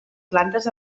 plantes